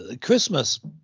Christmas